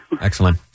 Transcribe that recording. Excellent